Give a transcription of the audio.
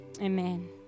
amen